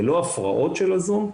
ללא הפרעות של הזום.